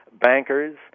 bankers